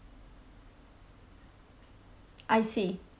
I see